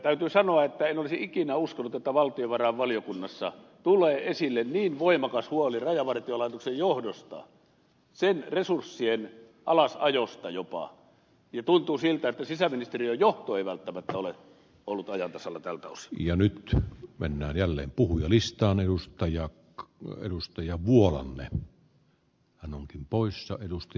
täytyy sanoa että en olisi ikinä uskonut että valtiovarainvaliokunnassa tulee esille niin voimakas huoli rajavartiolaitoksen johdosta sen resurssien alasajosta jopa ja tuntuu siltä että sisäministeriön johto ei välttämättä ole ollut ajan tasalla tältäos ja nyt tuo venäjälle puhujalistaan edus tajakka oyn edustaja vuoroamme hän on tältä osin